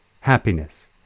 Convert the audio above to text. happiness